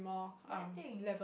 what thing